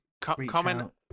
Comment